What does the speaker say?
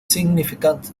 significant